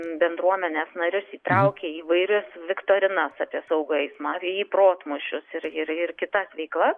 bendruomenės narius įtraukia į įvairias viktorinas apie saugų eismą ar į protmūšius ir ir ir kitas veiklas